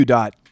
Dot